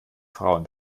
frauen